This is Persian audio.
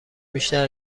بیشتر